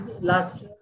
last